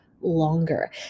longer